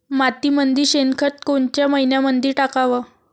मातीमंदी शेणखत कोनच्या मइन्यामंधी टाकाव?